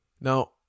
Now